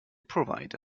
provide